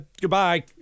Goodbye